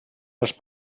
els